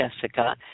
Jessica